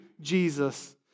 Jesus